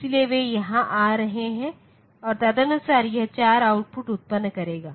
इसलिए वे यहां आ रहे हैं और तदनुसार यह 4 आउटपुट उत्पन्न करेगा